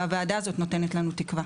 והוועדה הזאת נותנת תקווה.